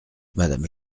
madame